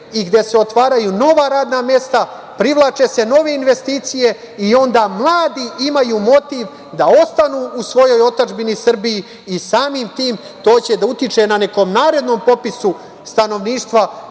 i gde se otvaraju nova radna mesta, privlače se nove investicije. Onda mladi imaju motiv da ostanu u svojoj otadžbini Srbiji i samim tim to će da utiče na nekom narednom popisu stanovništva